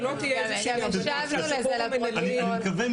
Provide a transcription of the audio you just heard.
אבל שלא תהיה איזושהי אמירה שהשחרור המינהלי -- אני מקווה,